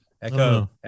Echo